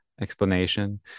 explanation